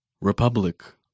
Republic